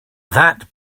that